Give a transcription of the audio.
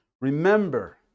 Remember